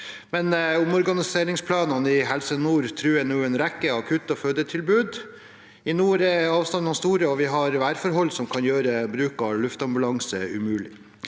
Omorganiseringsplaner i Helse Nord truer nå en rekke akutt- og fødetilbud. I nord er avstandene store, og vi har værforhold som kan gjøre bruk av luftambulanse umulig.